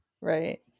Right